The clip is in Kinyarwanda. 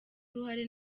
uruhare